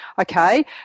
Okay